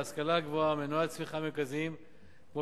ההשכלה הגבוהה ומנועי צמיחה מרכזיים כמו